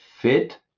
fit